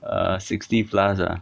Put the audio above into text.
uh sixty plus ah